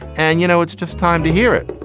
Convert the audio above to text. and, you know, it's just time to hear it